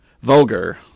Vulgar